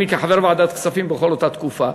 אני, כחבר ועדת הכספים, בכל אותה תקופה,